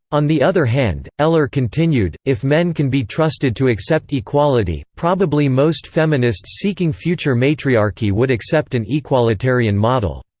on the other hand, eller continued, if men can be trusted to accept equality, probably most feminists seeking future matriarchy would accept an equalitarian model.